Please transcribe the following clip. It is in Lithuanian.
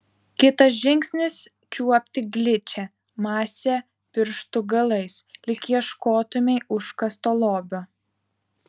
kitas žingsnis čiuopti gličią masę pirštų galais lyg ieškotumei užkasto lobio